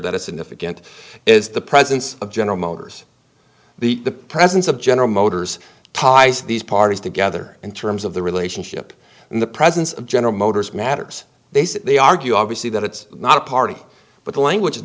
that is significant is the presence of general motors the the presence of general motors ties these parties together in terms of the relationship and the presence of general motors matters they say they argue obviously that it's not a party but the language is